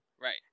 Right